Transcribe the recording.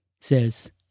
says